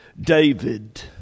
David